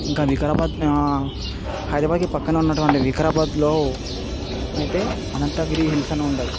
ఇంకా వికారాబాద్ హైదరాబాద్కి పక్కన ఉన్నటువంటి వికారాబాద్లో అయితే అనంతగిరి హిల్స్ అని ఉంటుంది